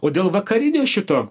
o dėl vakarinio šito